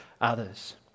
others